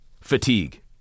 fatigue